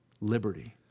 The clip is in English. liberty